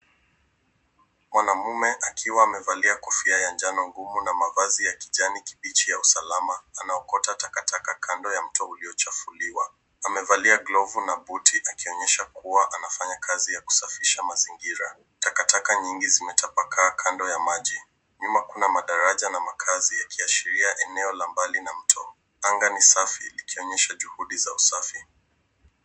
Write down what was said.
Mwanamume akiwa amevalia kofia ya njano ngumu na mavazi ya kijani kibichi ya usalama anaokota takataka kando ya mto uliochafuliwa. Amevalia glovu na buti akionyesha kuwa anafanya kazi ya kusafisha mazingira. Takataka nyingi zimetapakaa kando ya maji. Nyuma kuna madaraja na makazi yakiashiria eneo la mbali na mto. Anga ni safi ikionyesha juhudi za usafi.